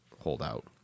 holdout